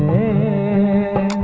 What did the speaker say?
a